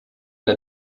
der